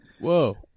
Whoa